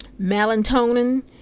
melatonin